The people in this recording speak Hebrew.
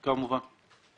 כמובן.